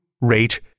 rate